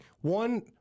one